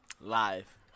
Live